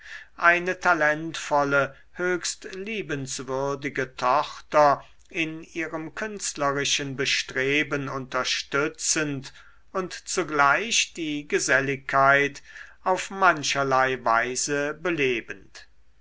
eine talentvolle höchst liebenswürdige tochter in ihrem künstlerischen bestreben unterstützend und zugleich die geselligkeit auf mancherlei weise belebend